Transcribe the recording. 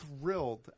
thrilled